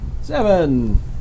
Seven